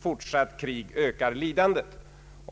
Fortsatt krig ökar lidandet.”